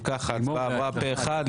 אם כך, ההצבעה עברה פה אחד.